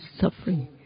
suffering